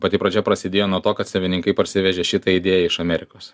pati pradžia prasidėjo nuo to kad savininkai parsivežė šitą idėją iš amerikos